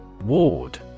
Ward